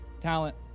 talent